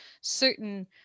certain